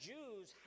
Jews